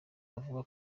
avuga